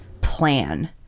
plan